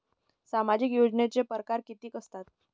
सामाजिक योजनेचे परकार कितीक असतात?